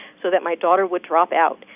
so that my daughter would drop out.